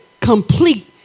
complete